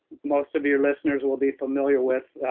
most of your listeners will be familiar with,